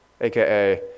AKA